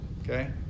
okay